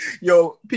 Yo